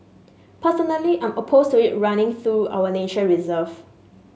personally I'm opposed to it running through our nature reserve